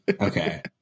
Okay